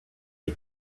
est